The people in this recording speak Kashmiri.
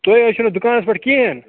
تُہۍ ٲسِو نہٕ دُکانَس پٮ۪ٹھ کِہیٖنٛۍ